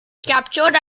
captured